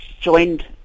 joined